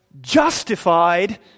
justified